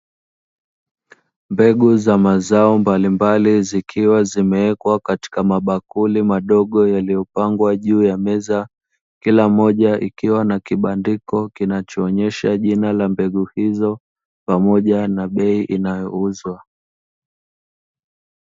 Mbegu za mazao mbalimbali zikiwa zimewekwa katika mabakuli madogo yaliyopangwa juu ya meza, kila moja ikiwa na kibandiko kinachoonesha jina la mbegu hizo pamoja na bei inayouzwa.